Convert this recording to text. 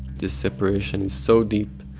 this separation is so deep,